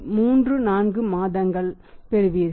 34 மாதங்கள் பெறுவீர்கள்